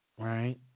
right